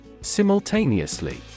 Simultaneously